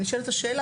נשאלת השאלה,